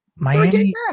Miami